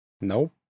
Nope